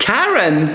Karen